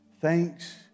Thanks